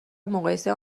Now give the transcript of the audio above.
مقایسه